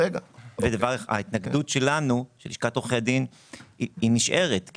ההתנגדות של לשכת עורכי הדין היא נשארת כי